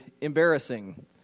embarrassing